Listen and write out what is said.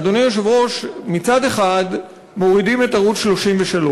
אדוני היושב-ראש, מצד אחד מורידים את ערוץ 33,